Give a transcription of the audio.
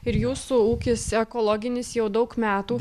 ir jūsų ūkis ekologinis jau daug metų